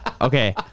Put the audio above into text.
Okay